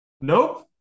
Nope